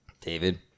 David